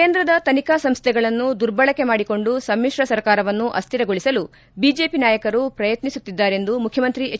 ಕೇಂದ್ರದ ತನಿಖಾ ಸಂಸ್ಥೆಗಳನ್ನು ದುರ್ಬಳಕೆ ಮಾಡಿಕೊಂಡು ಸಮಿಶ್ರ ಸರ್ಕಾರವನ್ನು ಅಸ್ಹಿರಗೊಳಿಸಲು ಬಿಜೆಪಿ ನಾಯಕರು ಪ್ರಯತ್ನಿಸುತ್ತಿದ್ದಾರೆಂದು ಮುಖ್ಲಮಂತ್ರಿ ಎಚ್